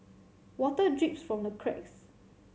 water drips from the cracks